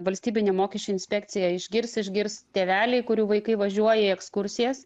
valstybinė mokesčių inspekcija išgirs išgirs tėveliai kurių vaikai važiuoja į ekskursijas